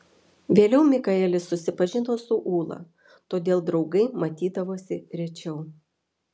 vėliau mikaelis susipažino su ūla todėl draugai matydavosi rečiau